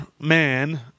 man